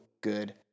good